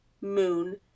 Moon